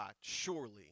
surely